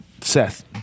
Seth